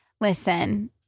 Listen